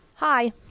Hi